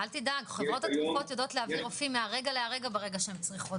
חברות התרופות יודעות להביא רופאים מהרגע להרגע כשהן צריכות.